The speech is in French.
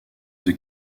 the